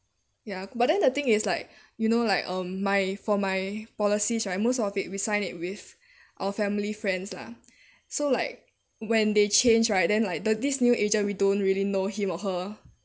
ya but then the thing is like you know like um my for my policies right most of it we sign it with our family friends lah so like when they change right then like the this new agent we don't really know him or her